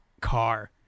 car